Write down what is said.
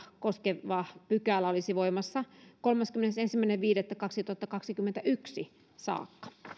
koskeva pykälä olisi voimassa kolmaskymmenesensimmäinen viidettä kaksituhattakaksikymmentäyksi saakka